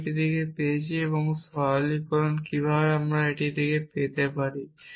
আমি এটি একটি থেকে পেয়েছি এবং সরলীকরণ কিভাবে আমি এটি পেতে পারি